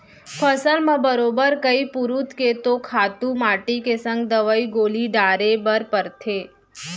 फसल म बरोबर कइ पुरूत के तो खातू माटी के संग दवई गोली डारे बर परथे